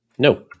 No